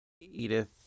Edith